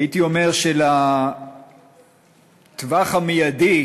הייתי אומר שלטווח המיידי,